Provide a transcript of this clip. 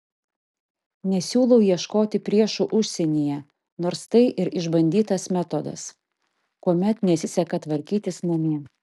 nesiūlau ieškoti priešų užsienyje nors tai ir išbandytas metodas kuomet nesiseka tvarkytis namie